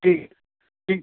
ठीक ठीक